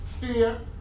fear